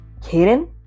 Kaden